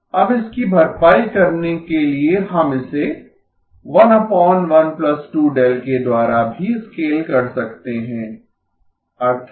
अब इसकी भरपाई करने के लिए हम इसे के द्वारा भी स्केल कर सकते हैं अर्थात